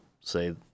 say